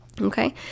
Okay